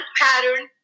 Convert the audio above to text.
pattern